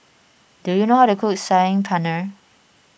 do you know how to cook Saag Paneer